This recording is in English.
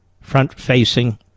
front-facing